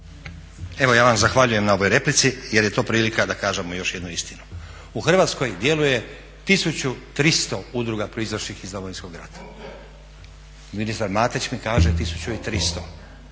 Evo ja vam zahvaljujem na ovoj replici jer je to prilika da kažemo još jednu istinu. U Hrvatskoj djeluje 1300 udruga proizlašlih iz Domovinskog rata… …/Upadica: Koliko?/… Ministar Matić mi kaže 1300…